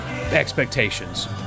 expectations